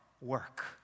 work